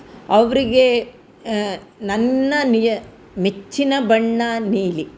ಅವರಿಗೆ ನನ್ನ ನಿಯ ಮೆಚ್ಚಿನ ಬಣ್ಣ ನೀಲಿ